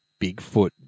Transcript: Bigfoot